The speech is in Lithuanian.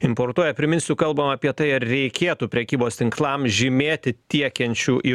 importuoja priminsiu kalbam apie tai ar reikėtų prekybos tinklam žymėti tiekiančių į